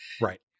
Right